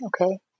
okay